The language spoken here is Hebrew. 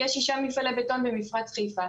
יש שישה מפעלי בטון במפרץ חיפה.